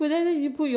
okay